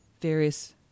various